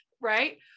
right